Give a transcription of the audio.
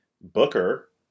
Booker